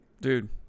dude